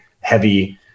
heavy